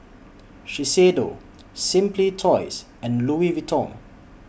Shiseido Simply Toys and Louis Vuitton